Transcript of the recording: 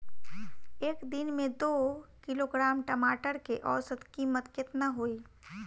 एक दिन में दो किलोग्राम टमाटर के औसत कीमत केतना होइ?